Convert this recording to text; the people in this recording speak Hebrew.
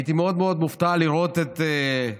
הייתי מאוד מאוד מופתע לראות את חבריי